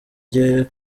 jye